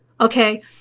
Okay